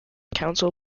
council